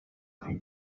for